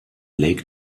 lake